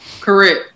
correct